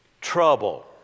Trouble